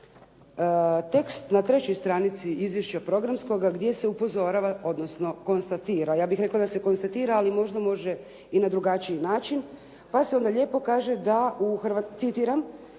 tekst na trećoj stranici izvješća programskoga gdje se upozorava, odnosno konstatira, ja bih rekla da se konstatira, ali možda može i na drugačiji način, pa se onda lijepo kaže, citiram: